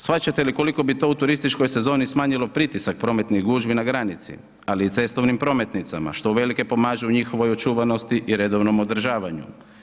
Shvaćate li koliko bi to u turističkoj sezoni smanjilo pritisak prometnih gužvi na granici, ali i cestovnim prometnicama, što u velike pomažu u njihovoj očuvanosti i redovnom održavanju.